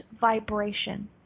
vibration